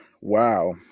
wow